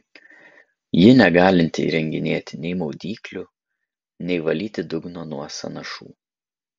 ji negalinti įrenginėti nei maudyklių nei valyti dugno nuo sąnašų